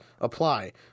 Apply